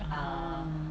ah mm